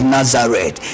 Nazareth